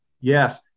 Yes